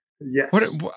Yes